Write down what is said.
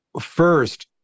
First